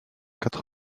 quatre